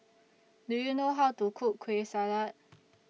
Do YOU know How to Cook Kueh Salat